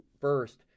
first